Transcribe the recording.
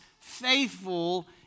faithful